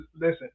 listen